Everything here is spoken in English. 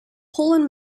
poland